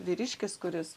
vyriškis kuris